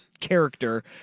character